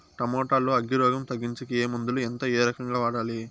Tomato లో అగ్గి రోగం తగ్గించేకి ఏ మందులు? ఎంత? ఏ రకంగా వాడాలి?